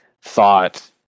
thought